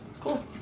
Cool